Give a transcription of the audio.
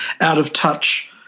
out-of-touch